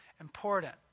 important